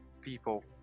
people